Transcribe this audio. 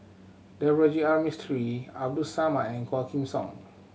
Navroji R Mistri Abdul Samad and Quah Kim Song